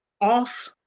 off